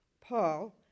Paul